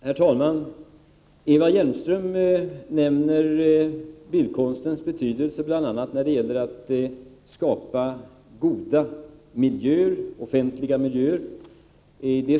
Herr talman! Eva Hjelmström nämner bildkonstens betydelse bl.a. när det gäller att skapa goda offentliga miljöer.